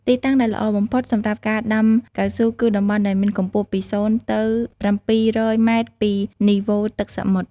ទីតាំងដែលល្អបំផុតសម្រាប់ការដាំកៅស៊ូ គឺតំបន់ដែលមានកម្ពស់ពី ០ ទៅ ៧០០ ម៉ែត្រពីនីវ៉ូទឹកសមុទ្រ។